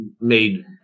made